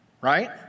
right